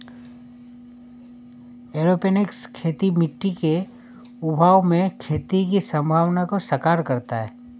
aeroponics खेती मिट्टी के अभाव में खेती की संभावना को साकार करता है